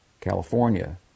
California